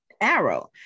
Arrow